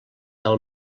del